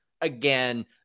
again